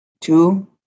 Two